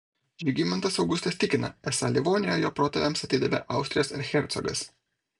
žygimantas augustas tikina esą livoniją jo protėviams atidavė austrijos erchercogas